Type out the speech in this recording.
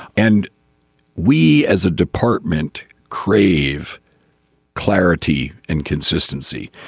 and we as a department crave clarity and consistency.